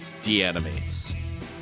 deanimates